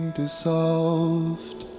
dissolved